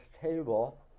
table